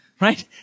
right